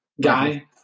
guy